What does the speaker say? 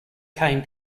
came